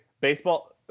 baseball